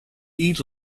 eat